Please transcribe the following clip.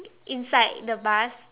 inside the bus